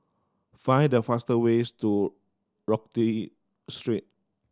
find the faster ways to Rodyk Street